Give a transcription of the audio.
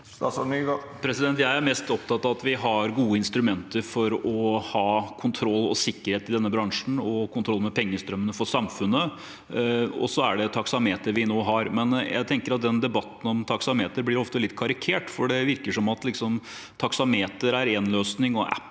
Jeg er mest opptatt av at vi har gode instrumenter for å ha kontroll og sikkerhet i denne bransjen og kontroll med pengestrømmene for samfunnet. Det er taksameter vi har nå, men jeg tenker at debatten om taksameter ofte blir litt karikert, for det virker som taksameter er én løsning og app